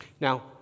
Now